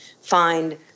find –